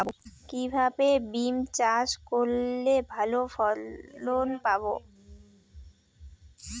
কিভাবে বিম চাষ করলে ভালো ফলন পাব?